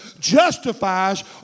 justifies